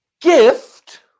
gift